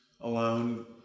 alone